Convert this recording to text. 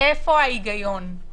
איפה ההיגיון?